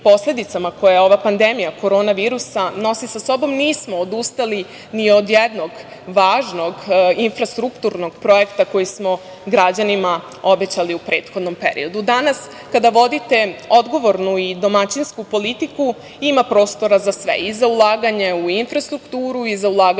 koje ova pandemija korona virusa nosi sa sobom, nismo odustali ni od jednog važnoj infrastrukturnog projekta koji smo građanima obećali u prethodnom periodu. Danas kada vodite odgovornu i domaćinsku politiku ima prostora za sve, i za ulaganja u infrastrukturu i za ulaganja u